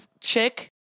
chick